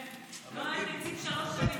לא היה תקציב שלוש שנים.